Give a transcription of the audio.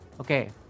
okay